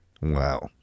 Wow